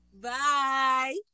Bye